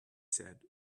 said